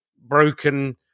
broken